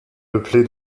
peuplé